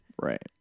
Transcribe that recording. right